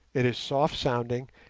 it is soft-sounding,